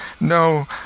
No